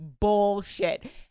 bullshit